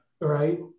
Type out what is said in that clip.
Right